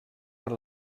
per